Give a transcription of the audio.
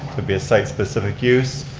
to be a site specific use.